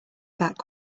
back